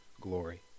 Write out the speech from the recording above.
glory